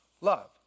love